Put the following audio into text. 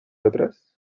atrás